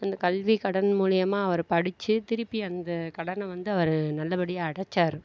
அந்த கல்வி கடன் மூலியமாக அவர் படிச்சு திருப்பி அந்த கடனை வந்து அவர் நல்ல படியாக அடைச்சாரு